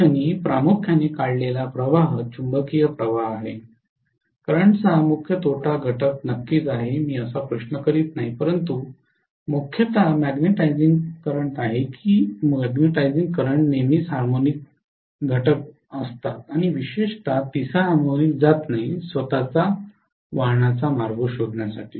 त्या क्षणी प्रामुख्याने काढलेला प्रवाह चुंबकीय प्रवाह आहे करंटचा मुख्य तोटा घटक नक्कीच आहे मी असा प्रश्न करीत नाही परंतु मुख्यतः मॅग्नेटिझिंग चालू आहे की मॅग्नेटिझिंग चालू नेहमीच हार्मोनिक घटक असतात आणि विशेषतः तिसरा हार्मोनिक जात नाही स्वत चा वाहण्याचा मार्ग शोधण्यासाठी